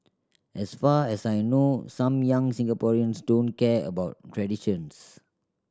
as far as I know some young Singaporeans don't care about traditions